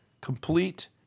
complete